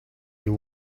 you